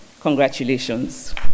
Congratulations